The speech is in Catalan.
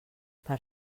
per